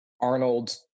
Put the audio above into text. Arnold